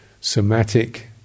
somatic